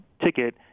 ticket